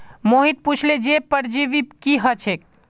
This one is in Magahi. मोहित पुछले जे परजीवी की ह छेक